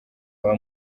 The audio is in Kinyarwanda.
baba